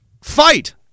fight